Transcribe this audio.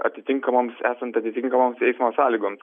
atitinkamoms esant atitinkamoms eismo sąlygoms